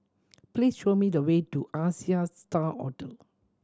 please show me the way to Asia Star Hotel